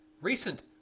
recent